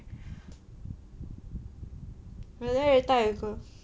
you know every time I go